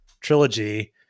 trilogy